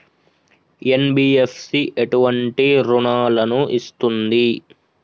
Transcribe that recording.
NBFC ఎటువంటి రుణాలను ఇస్తుంది?